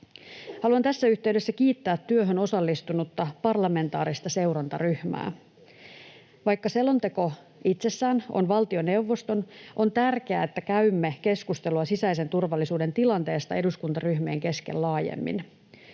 Haluan tässä yhteydessä kiittää työhön osallistunutta parlamentaarista seurantaryhmää. Vaikka selonteko itsessään on valtioneuvoston, on tärkeää, että käymme keskustelua sisäisen turvallisuuden tilanteesta eduskuntaryhmien kesken laajemmin.